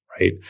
right